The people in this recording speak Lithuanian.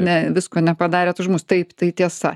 ne visko nepadarėt už mus taip tai tiesa